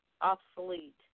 obsolete